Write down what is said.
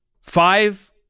five